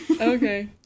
Okay